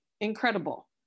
incredible